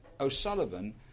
O'Sullivan